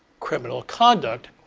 criminal conduct.